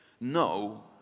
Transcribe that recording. No